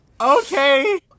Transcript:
okay